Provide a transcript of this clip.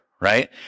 right